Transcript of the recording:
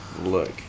look